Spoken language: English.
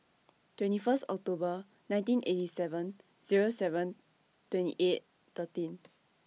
twenty First October nineteen eighty seven Zero seven twenty eight thirteen